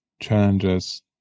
challenges